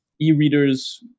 e-readers